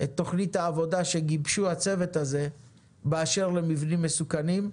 את תוכנית העבודה שגיבש הצוות הזה באשר למבנים מסוכנים,